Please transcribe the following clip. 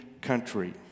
Country